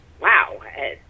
wow